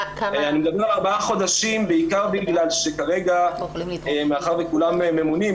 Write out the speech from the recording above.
אני מדבר על ארבעה חודשים בעיקר בגלל שכרגע מאחר וכולם ממונים,